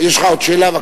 יש לך עוד שאלה?